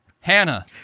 hannah